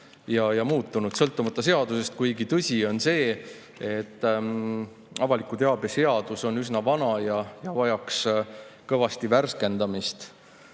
ja muutunud, sõltumata seadusest, kuigi tõsi on see, et avaliku teabe seadus on üsna vana ja vajaks kõvasti värskendamist.